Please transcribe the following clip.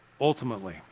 Ultimately